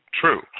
True